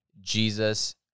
Jesus